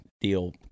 deal